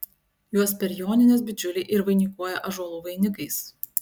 juos per jonines bičiuliai ir vainikuoja ąžuolų vainikais